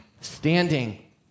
Standing